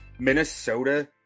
Minnesota